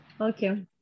Okay